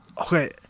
Okay